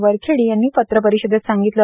वरखेडी यांनी पत्रपरिषदेत सांगितले